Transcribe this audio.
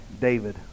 david